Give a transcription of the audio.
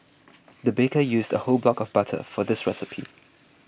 the baker used a whole block of butter for this recipe